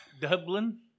Dublin